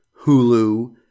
Hulu